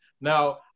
Now